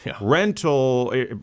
Rental